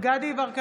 דסטה גדי יברקן,